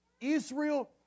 Israel